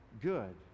good